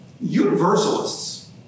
universalists